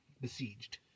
besieged